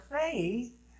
faith